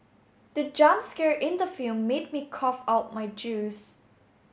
the jump scare in the film made me cough out my juice